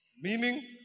Meaning